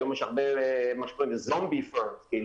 היום יש הרבה מה שנקרא מהלכים מתים כאלה,